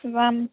যাম